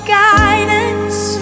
guidance